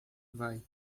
vai